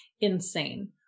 insane